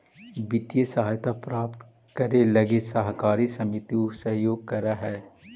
वित्तीय सहायता प्राप्त करे लगी सहकारी समिति सहयोग करऽ हइ